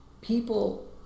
people